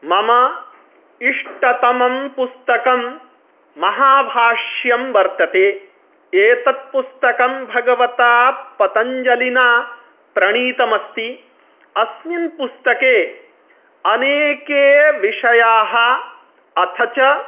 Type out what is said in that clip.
मम इष्टतमं पुस्तकं महाभाष्यं वर्तते एतत्पुस्तकं भगवता पतञ्जलिना प्रणीतमस्ति अस्मिन् पुस्तके अनेके विषयाः अथ च